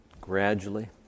gradually